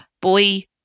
boy